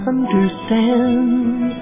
understand